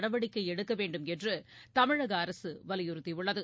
நடவடிக்கை எடுக்கவேண்டும் என்று தமிழக அரசு வலியுறுத்தி உள்ளது